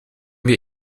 wir